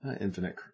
infinite